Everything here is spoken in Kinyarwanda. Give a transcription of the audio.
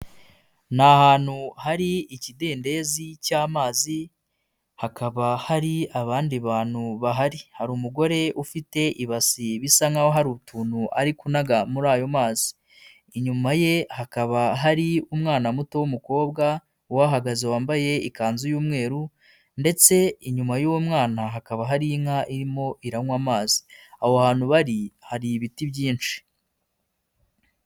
Ni ahantu hari ikidendezi cy'amazi hakaba hari n'abandi bantu bahari. Hari umugore ufite ibasi bisa nkaho hari utuntu ari kunaga muri ayo mazi. Inyuma ye hakaba hari umwana muto w'umukobwa uhagaze wambaye ikanzu y'umweru ndetse inyuma y'uwo mwana hakaba hari inka irimo iranywa amazi aho hantu bari hari ibiti byinshi.